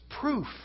proof